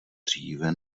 dříve